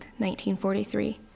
1943